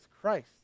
Christ